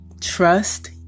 Trust